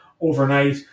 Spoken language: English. overnight